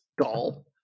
doll